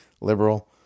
liberal